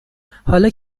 حالا